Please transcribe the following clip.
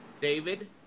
David